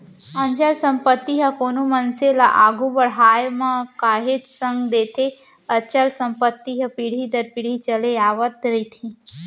अचल संपत्ति ह कोनो मनसे ल आघू बड़हाय म काहेच संग देथे अचल संपत्ति ह पीढ़ी दर पीढ़ी चले आवत रहिथे